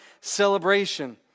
celebration